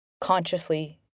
consciously